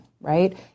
right